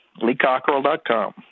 LeeCockerell.com